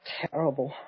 terrible